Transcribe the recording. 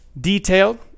detailed